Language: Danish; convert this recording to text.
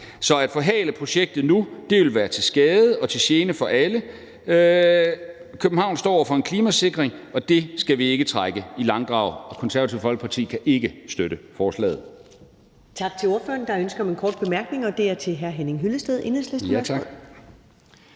Så at forhale projektet nu vil være til skade og til gene for alle. København står over for en klimasikring, og det skal vi ikke trække i langdrag. Det Konservative Folkeparti kan ikke støtte forslaget.